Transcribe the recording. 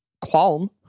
qualm